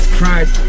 Christ